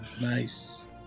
Nice